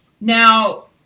Now